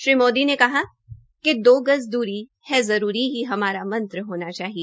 श्री मोदी ने कहा कि दो गाज की दूरी है जरूरी ही हमाला मंत्र होना चाहिए